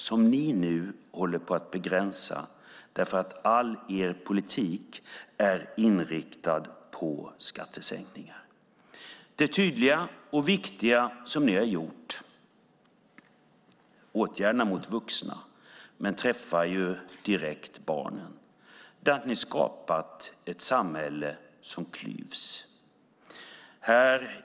Dem håller ni nu på att begränsa eftersom er politik är inriktad på skattesänkningar. Genom era åtgärder mot vuxna - åtgärder som drabbar barnen - har ni skapat ett samhälle som klyvs.